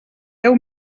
deu